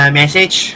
message